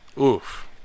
Oof